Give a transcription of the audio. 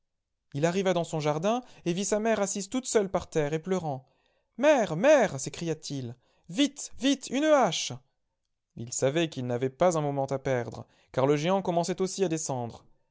il arriva dans son jardin et vit sa mère assise toute seule par terre et pleurant mère mère s'écria-t-il vite vite i une hache il savait qu'il n'avait pas un moment à perdre car le géant commençait aussi à descendre